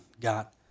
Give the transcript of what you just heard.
got